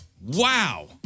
Wow